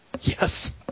Yes